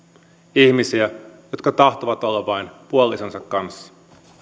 ihmisiä jotka tahtovat olla vain puolisonsa kanssa